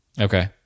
Okay